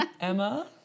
Emma